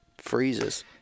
freezes